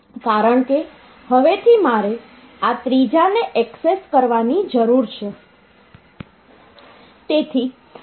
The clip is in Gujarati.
કારણ કે હવેથી મારે આ ત્રીજાને ઍક્સેસ કરવાની જરૂર છે